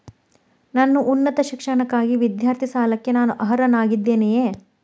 ನನ್ನ ಉನ್ನತ ಶಿಕ್ಷಣಕ್ಕಾಗಿ ವಿದ್ಯಾರ್ಥಿ ಸಾಲಕ್ಕೆ ನಾನು ಅರ್ಹನಾಗಿದ್ದೇನೆಯೇ?